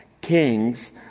kings